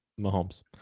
Mahomes